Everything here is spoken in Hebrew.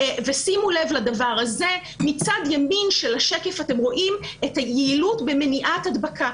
שימו לב לדבר הזה: מצד ימין של השקף אתם רואים את היעילות במניעת הדבקה.